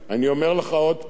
אני אומר לך עוד הפעם: